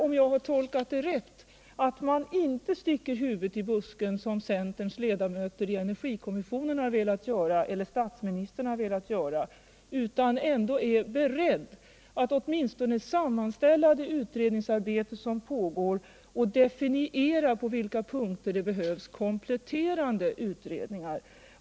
Om jag tolkat svaret rätt innebär det att man inte sticker huvudet i busken, såsom centerns ledamöter i energikommissionen och även statsministern velat göra, utan att man är beredd att åtminstone sammanställa det utredningsarbete som pågår och definiera på vilka punkter det behövs kompletterande utredningar.